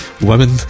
women